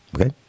okay